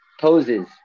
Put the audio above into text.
poses